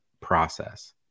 process